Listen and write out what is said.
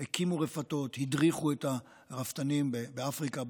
הקימו רפתות והדריכו את הרפתנים באפריקה,